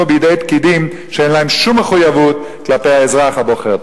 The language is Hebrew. בידי פקידים שאין להם שום מחויבות כלפי האזרח הבוחר.